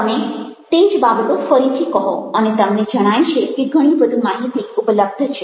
તમે તે જ બાબતો ફરીથી કહો અને તમને જણાય છે કે ઘણી વધુ માહિતી ઉપલબ્ધ છે